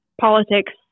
politics